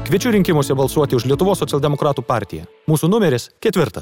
kviečiu rinkimuose balsuoti už lietuvos socialdemokratų partiją mūsų numeris ketvirtas